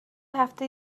هفته